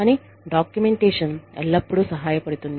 కానీ డాక్యుమెంటేషన్ ఎల్లప్పుడూ సహాయపడుతుంది